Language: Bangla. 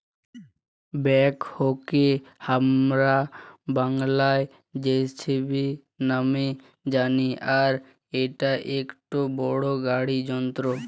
ব্যাকহোকে হামরা বাংলায় যেসিবি নামে জানি আর ইটা একটো বড় গাড়ি যন্ত্র